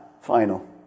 final